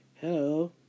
Hello